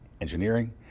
engineering